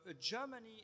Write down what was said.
Germany